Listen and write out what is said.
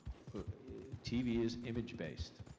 tv is image-based.